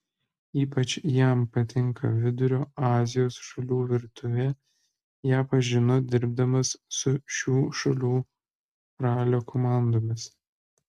ypač jam patinka vidurio azijos šalių virtuvė ją pažino dirbdamas su šių šalių ralio komandomis